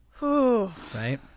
Right